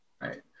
Right